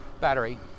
battery